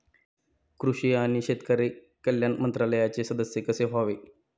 कृषी आणि शेतकरी कल्याण मंत्रालयाचे सदस्य कसे व्हावे?